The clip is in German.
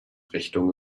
richtung